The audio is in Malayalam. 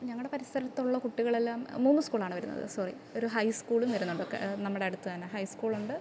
ഞങ്ങളുടെ പരിസരത്തുള്ള കുട്ടികളെല്ലാം മൂന്ന് സ്കൂളാണ് വരുന്നത് സോറി ഒരു ഹൈ സ്കൂളും വരുന്നുണ്ട് ഒക്കെ നമ്മുടെ അടുത്ത് തന്നെ ഹൈ സ്കൂള് ഉണ്ട്